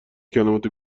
کلمات